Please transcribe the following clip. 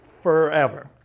forever